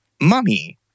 mummy